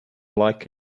like